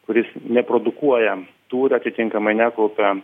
kuris neprodukuoja tūrio atitinkamai nekaupia